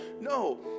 No